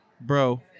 bro